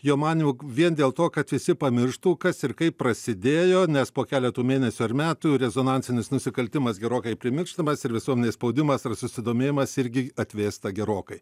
jo manymu vien dėl to kad visi pamirštų kas ir kaip prasidėjo nes po keleto mėnesių ar metų rezonansinis nusikaltimas gerokai primirštamas ir visuomenės spaudimas ir susidomėjimas irgi atvėsta gerokai